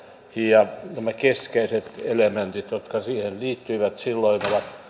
ja nämä keskeiset elementit jotka siihen liittyivät silloin ovat